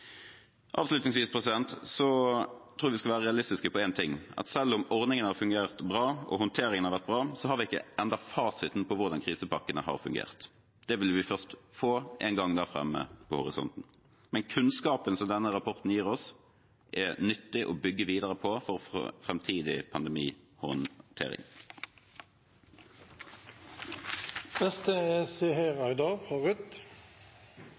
Avslutningsvis tror jeg vi skal være realistiske på én ting: Selv om ordningene har fungert bra, og håndteringen har vært bra, har vi ennå ikke fasiten på hvordan krisepakkene har fungert. Det vil vi få først en gang der framme i horisonten. Men kunnskapen som denne rapporten gir oss, er nyttig å bygge videre på med tanke på framtidig